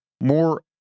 more